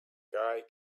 guy